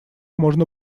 можно